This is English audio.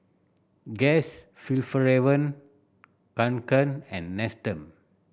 Guess Fjallraven Kanken and Nestum